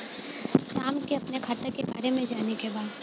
राम के अपने खाता के बारे मे जाने के बा?